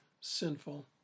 sinful